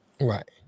Right